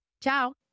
Ciao